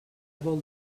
vol